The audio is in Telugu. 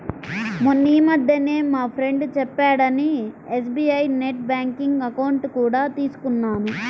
మొన్నీమధ్యనే మా ఫ్రెండు చెప్పాడని ఎస్.బీ.ఐ నెట్ బ్యాంకింగ్ అకౌంట్ కూడా తీసుకున్నాను